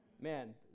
Man